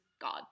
God